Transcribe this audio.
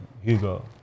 Hugo